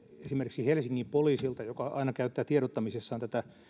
esimerkiksi helsingin poliisilta joka aina käyttää tiedottamisessaan